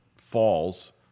falls